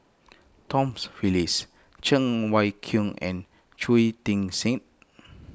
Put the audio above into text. Tom's Phillips Cheng Wai Keung and Shui Tit Sing